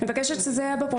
מבקשת שזה יהיה בפרוטוקול.